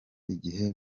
igihe